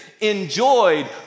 enjoyed